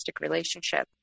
relationship